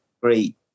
great